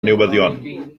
newyddion